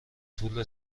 طول